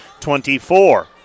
24